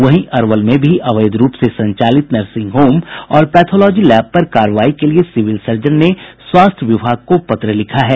वहीं अरवल में भी अवैध रूप से संचालित नर्सिंग होम और पैथोलॉजी लैब पर कार्रवाई के लिये सिविल सर्जन ने स्वास्थ्य विभाग को पत्र लिखा है